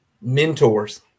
mentors